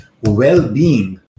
well-being